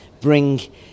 bring